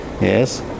Yes